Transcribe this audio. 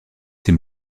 ces